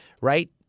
right